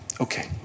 Okay